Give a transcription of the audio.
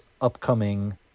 upcoming